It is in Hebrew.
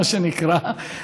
מה שנקרא,